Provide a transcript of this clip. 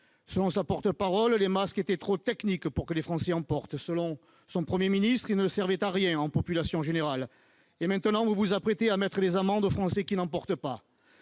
Selon sa porte-parole, les masques étaient trop techniques pour que les Français en portent. Selon son Premier ministre, ils ne servaient à rien pour la population générale. Et maintenant, il s'apprête à infliger des amendes aux Français qui n'en portent pas.